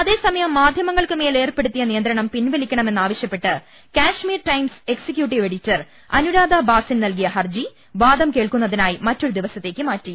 അതേസമയം മാധ്യമങ്ങൾക്കുമേൽ ഏർപ്പെടുത്തിയ നിയ ന്ത്രണം പിൻവലിക്കണമെന്നാവശ്യപ്പെട്ട് Kashmir Times executive editor Anuradha Bhasin നൽകിയ ഹർജി വാദം കേൾക്കുന്നതിനായി മറ്റൊരു ദിവസത്തേക്കു മാറ്റി